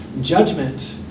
judgment